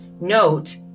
note